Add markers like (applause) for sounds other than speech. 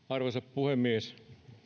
(unintelligible) arvoisa puhemies